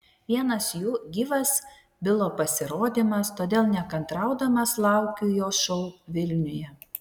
vienas jų gyvas bilo pasirodymas todėl nekantraudamas laukiu jo šou vilniuje